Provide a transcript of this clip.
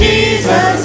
Jesus